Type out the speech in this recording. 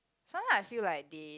sometimes I feel like they